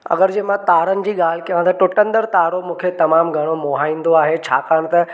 अगरि जे मां तारनि जी ॻाल्हि कयां त टुटकंदड़ु तारो मूंखे तमामु घणो मोहाईंदो आहे छाकाणि त